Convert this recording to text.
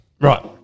Right